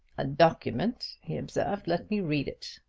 a document! he observed. let me read it.